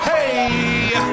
Hey